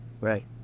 right